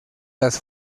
las